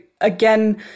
again